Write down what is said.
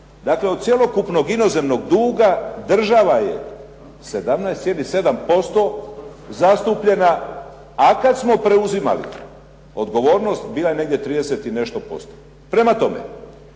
Dakle, od cjelokupnog inozemnog duga država je 17,7% zastupljena, a kad smo preuzimali odgovornost bila je negdje 30 i nešto posto. Prema tome,